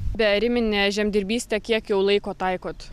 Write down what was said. beariminę žemdirbystę kiek jau laiko taikot